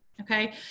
Okay